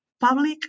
public